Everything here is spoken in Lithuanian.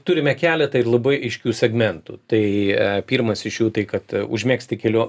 turime keletą labai aiškių segmentų tai pirmas iš jų tai kad užmegzti kelių